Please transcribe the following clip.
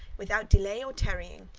without delay or tarrying,